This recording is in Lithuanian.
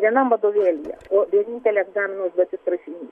vienam vadovėlyje o vienintelė egzamino užduotis rašinys